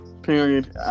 period